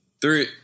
Three